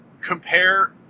compare